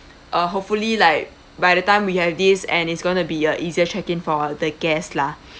uh hopefully like by the time we have this and it's going to be a easier check-in for the guests lah